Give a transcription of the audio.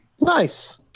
Nice